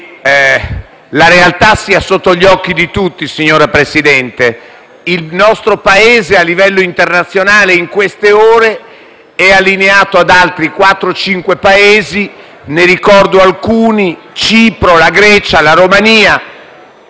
la realtà sia sotto gli occhi di tutti, signor Presidente. Il nostro Paese a livello internazionale, in queste ore, è allineato ad altri quattro o cinque Paesi, tra i quali ricordo Cipro, la Grecia e la Romania.